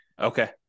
okay